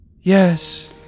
Yes